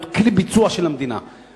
להיות כלי ביצוע של המדינה.